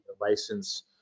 license